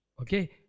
Okay